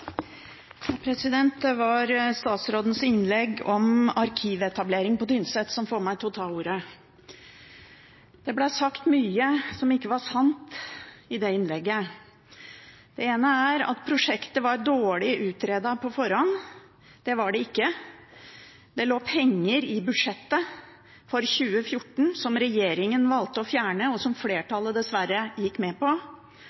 landet. Det var statsrådens innlegg om arkivetablering som fikk meg til å ta ordet. Det ble sagt mye som ikke var sant i det innlegget. Det ene er at prosjektet var dårlig utredet på forhånd. Det var det ikke. Det lå penger i budsjettet for 2014, som regjeringen valgte å fjerne, og som